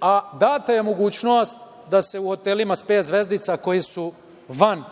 a data je mogućnost da u hotelima sa pet zvezdica, koji su van